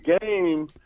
game